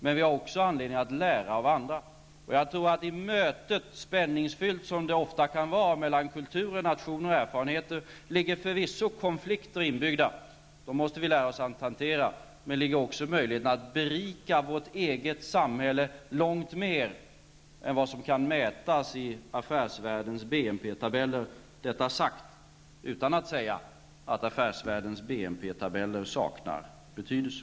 Men vi har också anledning att lära av andra. I mötet -- spänningsfyllt som det ofta kan vara mellan kulturer, nationer och erfarenheter -- ligger förvisso konflikter inbyggda. Dem måste vi lära oss att hantera. Men där ligger också möjligheten att berika vårt eget samhälle långt mer än vad som kan mätas i Affärsvärldens BNP-tabeller. Detta sagt utan att säga att Affärsvärldens BNP-tabeller saknar betydelse.